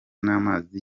n’amazi